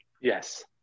Yes